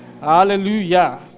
Hallelujah